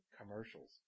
commercials